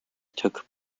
took